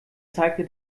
zeigte